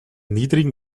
niedrigen